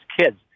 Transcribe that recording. kids